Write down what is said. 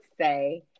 say